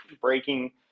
breaking